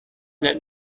that